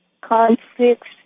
Conflicts